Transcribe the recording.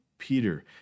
Peter